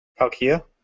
Palkia